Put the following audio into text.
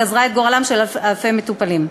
גזרה את גורלם של אלפי מטופלים.